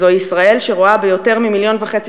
זו ישראל שרואה ביותר ממיליון וחצי